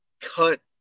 cut